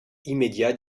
immédiat